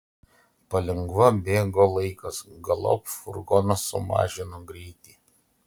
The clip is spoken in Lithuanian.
palengva bėgo laikas galop furgonas sumažino greitį